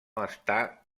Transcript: està